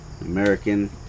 American